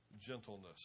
gentleness